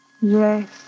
Yes